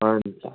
हुन्छ